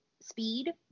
speed